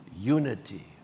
unity